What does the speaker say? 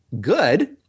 good